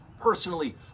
personally